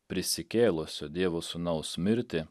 prisikėlusio dievo sūnaus mirtį